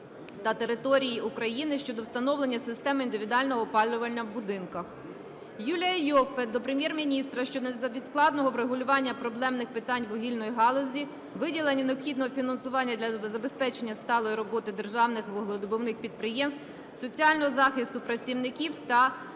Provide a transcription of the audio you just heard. та територій України щодо встановлення систем індивідуального опалення в будинках. Юлія Іоффе до Прем'єр-міністра щодо невідкладного врегулювання проблемних питань вугільної галузі, виділення необхідного фінансування для забезпечення сталої роботи державних вугледобувних підприємств, соціального захисту працівників та